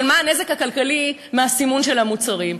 של מה הנזק הכלכלי מהסימון של המוצרים.